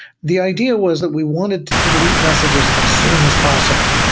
the idea was that we wanted to delete messages as soon as possible.